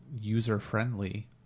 user-friendly